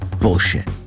Bullshit